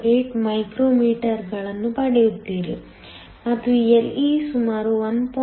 08 ಮೈಕ್ರೊಮೀಟರ್ಗಳನ್ನು ಪಡೆಯುತ್ತೀರಿ ಮತ್ತು Le ಸುಮಾರು 1